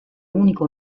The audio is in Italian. unico